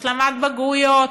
השלמת בגרויות,